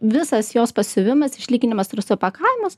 visas jos pasiuvimas išlyginimas ir supakavimas